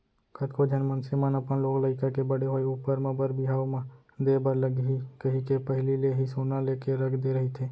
कतको झन मनसे मन अपन लोग लइका के बड़े होय ऊपर म बर बिहाव म देय बर लगही कहिके पहिली ले ही सोना लेके रख दे रहिथे